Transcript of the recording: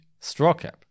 Strawcap